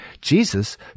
Jesus